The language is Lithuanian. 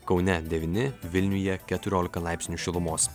kaune devyni vilniuje keturiolika laipsnių šilumos